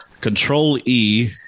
Control-E